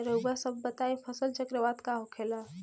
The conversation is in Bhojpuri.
रउआ सभ बताई फसल चक्रवात का होखेला?